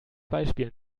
beispiel